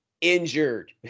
injured